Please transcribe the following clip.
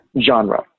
Genre